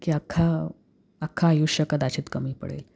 की अख्खा अख्खं आयुष्य कदाचित कमी पडेल